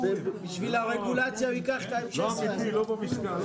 אני לא רוצה לגזול מזמנכם יותר ממה שצריך.